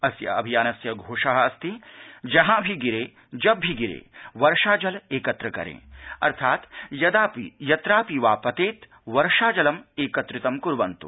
अस्य अभियानस्य घोषः अस्ति जहां भी गिरे जब भी गिरे वर्षा जल एकत्र करें अर्थात् यदापि यत्रापि वा पतेत् वर्षाजलम् एकत्रितं कुर्वन्त्